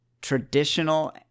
traditional